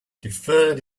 deferred